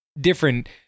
different